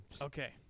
Okay